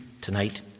tonight